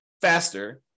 faster